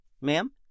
ma'am